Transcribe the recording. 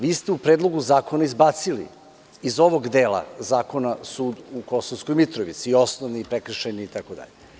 Vi ste u Predlogu zakona izbacili iz ovog dela zakona sud u Kosovskoj Mitrovici i osnovni, i prekršajni itd.